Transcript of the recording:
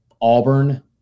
Auburn